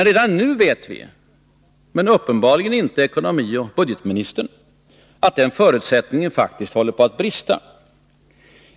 Redan nu vet vi — men uppenbarligen inte ekonomioch budgetministern — att den förutsättningen faktiskt håller på att brista.